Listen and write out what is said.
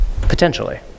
potentially